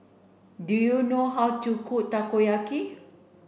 do you know how to cook Takoyaki